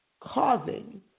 causing